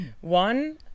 One